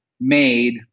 made